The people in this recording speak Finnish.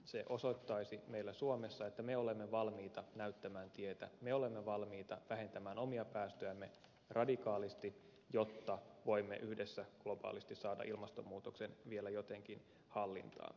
se osoittaisi meillä suomessa että me olemme valmiita näyttämään tietä me olemme valmiita vähentämään omia päästöjämme radikaalisti jotta voimme yhdessä globaalisti saada ilmastonmuutoksen vielä jotenkin hallintaan